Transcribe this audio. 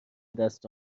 دست